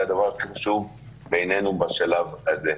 זה הדבר הכי חשוב בעינינו בזמן הזה,